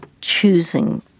choosing